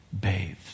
bathed